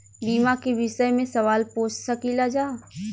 बीमा के विषय मे सवाल पूछ सकीलाजा?